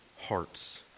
hearts